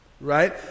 Right